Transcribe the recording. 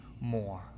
more